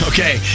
Okay